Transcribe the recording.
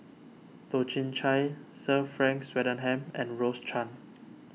Toh Chin Chye Sir Frank Swettenham and Rose Chan